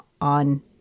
on